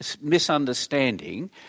misunderstanding